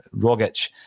Rogic